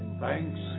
Thanks